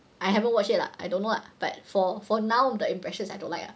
I haven't watch yet lah I don't know lah but for for now the impression is I don't like lah